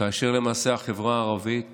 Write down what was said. כאשר למעשה החברה הערבית